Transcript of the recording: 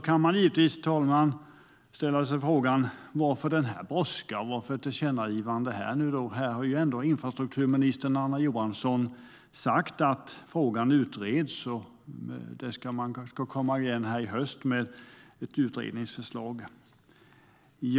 Man kan givetvis fråga sig: Varför denna brådska, och varför tillkännagivande nu? Infrastrukturminister Anna Johansson har sagt att frågan utreds och att de ska återkomma i höst med ett utredningsförslag.